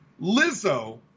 Lizzo